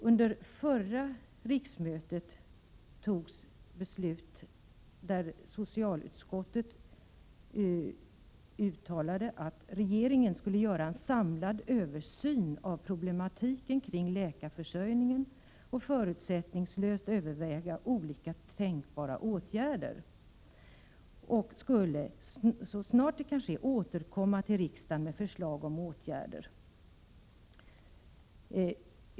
Under förra riksmötet fattades ett beslut där socialutskottet uttalade att regeringen skulle göra en samlad översyn av problematiken kring läkarförsörjningen och förutsättningslöst överväga olika tänkbara åtgärder för att så snart som möjligt återkomma till riksdagen med förslag om åtgärder.